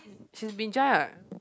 she's what